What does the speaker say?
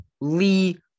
Lee